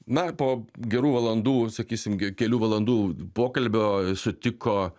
na po gerų valandų sakysim kelių valandų pokalbio sutiko